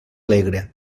alegre